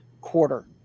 quarter